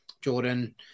Jordan